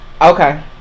Okay